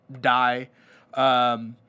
die